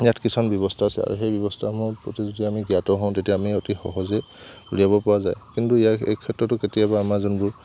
ইয়াত কিছুমান ব্যৱস্থা আছে আৰু সেই ব্যৱস্থাসমূহৰ প্ৰতি যদি আমি জ্ঞাত হওঁ তেতিয়া আমি অতি সহজেই উলিয়াব পৰা যায় কিন্তু ইয়াৰ এই ক্ষেত্ৰটো কেতিয়াবা আমাৰ যোনবোৰ